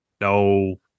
No